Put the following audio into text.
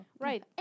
Right